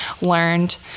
learned